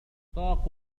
أشتاق